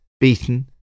beaten